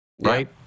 right